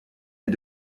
est